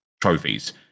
trophies